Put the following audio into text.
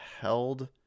held